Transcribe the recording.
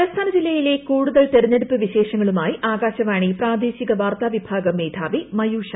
തലസ്ഥാന ജില്ലയിലെ കൂടുതൽ തിരഞ്ഞെടുപ്പ് വിശേഷങ്ങളുമായി ആകാശവാണി പ്രാദേശിക് വാർത്താ വിഭാഗം മേധാവി മയൂഷ എ